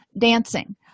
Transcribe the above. dancing